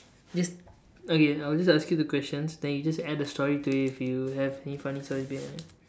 yes okay I will just ask you the questions then you just add a story to it if you have any funny story behind it